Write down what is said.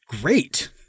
great